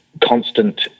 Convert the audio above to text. constant